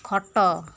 ଖଟ